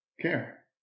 care